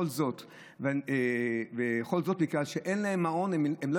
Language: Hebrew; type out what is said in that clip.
כל זאת מכיוון שאין להן מעון והן לא